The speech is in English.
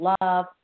love